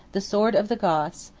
the sword of the goths,